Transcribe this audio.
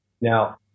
Now